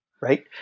right